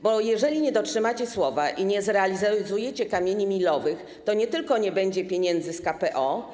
Bo jeżeli nie dotrzymacie słowa i nie zrealizujecie kamieni milowych, to nie tylko nie będzie pieniędzy z KPO.